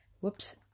whoops